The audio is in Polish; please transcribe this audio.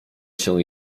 się